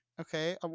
Okay